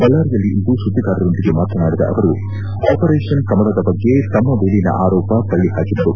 ಬಳ್ಳಾರಿಯಲ್ಲಿಂದು ಸುದ್ದಿಗಾರರೊಂದಿಗೆ ಮಾತನಾಡಿದ ಅವರು ಆಪರೇಷನ್ ಕಮಲದ ಬಗ್ಗೆ ತಮ್ಮ ಮೇಲಿನ ಆರೋಪ ತಳ್ಳಿ ಹಾಕಿದರು